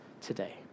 today